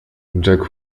jack